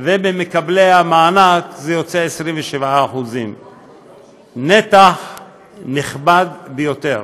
ובמקבלי המענק זה יוצא 27%. נתח נכבד ביותר.